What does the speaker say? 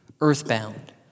EarthBound